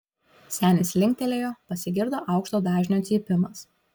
senis linktelėjo pasigirdo aukšto dažnio cypimas